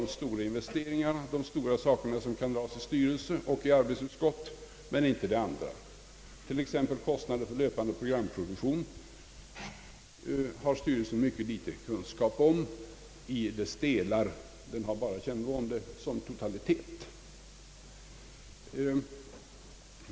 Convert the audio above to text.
De stora investeringarna, de stora sakerna kan dras för styrelsen och arbetsutskott, men inte det andra, t.ex. kostnaderna för löpande programproduktion, Det har styrelsen mycket litet kunskap om vad detaljerna beträffar. Den har bara kännedom om totaliteten.